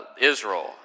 Israel